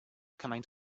cymaint